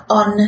on